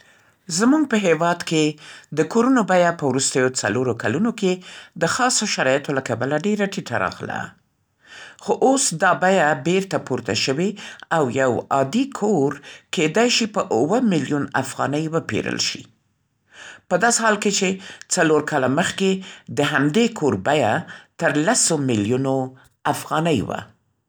زموږ په هېواد کې د کورونو بیه په وروستیو څلورو کلونو کې د خاصو شرایطو له کبله ډېره ټیټه راغله. خو اوس دا بیه بېرته پورته شوې او یو عادي کور کېدای شې په اوه ملیون افغانۍ وپېرل شي. په داسې حال کې چې څلور کاله مخکې د همدې کور بیه تر لسو ملیونو افغانۍ وه.